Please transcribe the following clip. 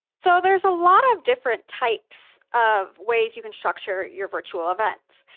so there's a lot of different types of ways you can structure your virtual events.